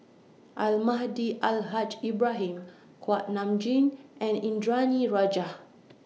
Almahdi Al Haj Ibrahim Kuak Nam Jin and Indranee Rajah